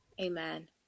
amen